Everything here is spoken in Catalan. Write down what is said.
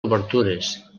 obertures